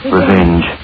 Revenge